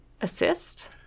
assist